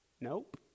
Nope